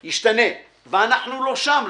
ישתנה, ואנחנו לא שם.